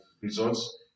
results